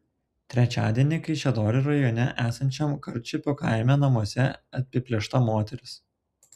trečiadienį kaišiadorių rajone esančiame karčiupio kaime namuose apiplėšta moteris